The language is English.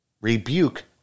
rebuke